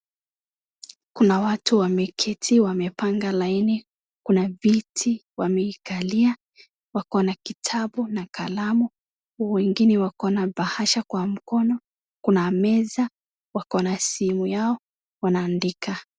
Kuna watu wameketi wamepanga laini kuna viti wamekalia wakona kitabu na kalamu wengine wakona bahasha kwa mkono kuna meza wakona simu yao wanaandika.